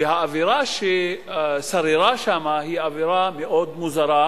והאווירה ששררה שם היא אווירה מאוד מוזרה,